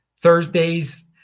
thursdays